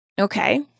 Okay